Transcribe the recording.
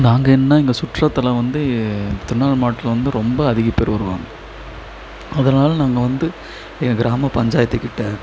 நாங்கென்ன இங்கே சுற்றத்தில் வந்து திர்ணாமலை மாவட்டத்தில் வந்து ரொம்ப அதிக பேர் வருவாங்க அதனால நாங்கள் வந்து என் கிராம பஞ்சாயத்துக்கிட்டே